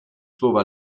trova